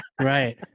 Right